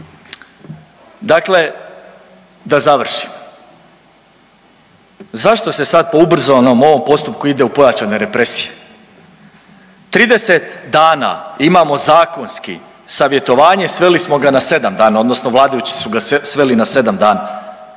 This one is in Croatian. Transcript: Dakle, da završim. Zašto se sad po ubrzanom ovom postupku ide u pojačane represije? 30 dana imamo zakonski savjetovanje sveli smo ga na 7 dana odnosno vladajući su ga sveli na 7 dana.